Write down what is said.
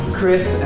Chris